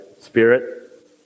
Spirit